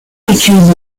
became